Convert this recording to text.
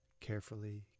carefully